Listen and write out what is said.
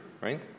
right